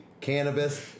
cannabis